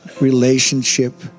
relationship